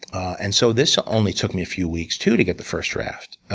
and so this only took me a few weeks. two to get the first draft.